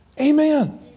Amen